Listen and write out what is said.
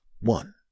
one